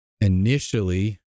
initially